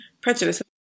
prejudice